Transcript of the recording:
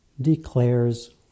declares